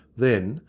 then,